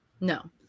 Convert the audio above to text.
No